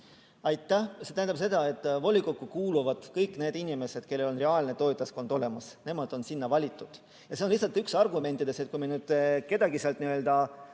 Aitäh! See tähendab seda, et volikokku kuuluvad kõik need inimesed, kellel on reaalne toetajaskond olemas, nemad on sinna valitud. Ja see on lihtsalt üks argumentidest, ütleme, kui me nüüd ei luba